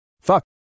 Fuck